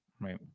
Right